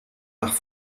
nach